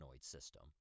system